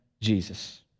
Jesus